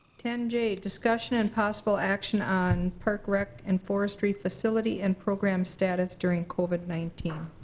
ten j, discussion and possible action on perk rec and forestry facility and program status during covid nineteen.